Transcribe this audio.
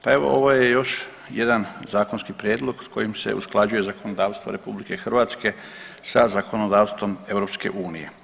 Pa evo ovo je još jedan zakonski prijedlog s kojim se usklađuje zakonodavstvo RH sa zakonodavstvom EU.